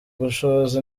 gushoza